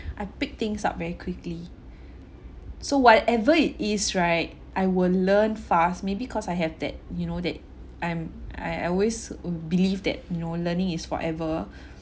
I pick things up very quickly so whatever it is right I will learn fast maybe cause I have that you know that I'm I I always uh believe that you know learning is forever